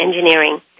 Engineering